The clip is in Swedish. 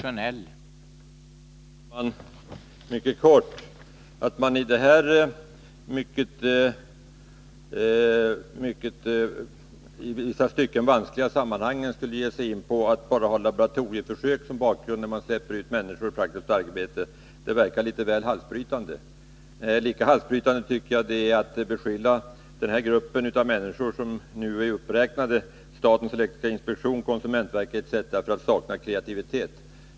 Herr talman! Att man i dessa i vissa stycken mycket vanskliga sammanhang skulle ge sig in på att bara ha laboratorieförsök som bakgrund när man släpper ut människor i praktiskt arbete verkar litet väl halsbrytande. Lika halsbrytande tycker jag det är att beskylla den grupp i vilken ingår företrädare för statens elektriska inspektion. konsumentverket etc. för att sakna kreativitet.